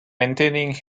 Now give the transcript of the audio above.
maintaining